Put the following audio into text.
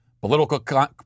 political